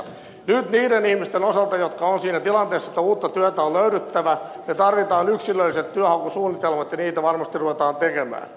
nyt niiden ihmisten osalta jotka ovat siinä tilanteessa että uutta työtä on löydyttävä tarvitaan yksilölliset työnhakusuunnitelmat ja niitä varmasti ruvetaan tekemään